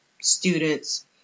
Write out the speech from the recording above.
students